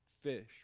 fish